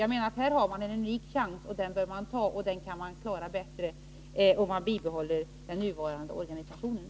Den unika chansen bör man ta, och det gör man bättre om man bibehåller den nuvarande organisationen.